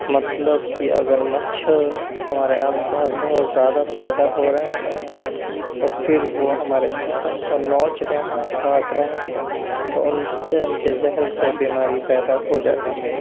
مطلب کہ اگر مچھر ہمارے آس پاس بہت زیادہ پیدا ہو رہے ہیں اور پھر وہ ہمارے جسم کو نوچ رہے ہیں کاٹ رہے ہیں تو ان سے ان کے زہر سے بیماری پیدا ہو جاتی ہے